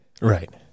right